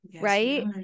Right